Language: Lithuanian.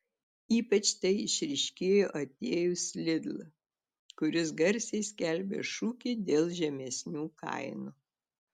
ypač tai išryškėjo atėjus lidl kuris garsiai skelbė šūkį dėl žemesnių kainų